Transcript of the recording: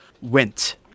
went